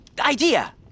idea